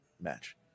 match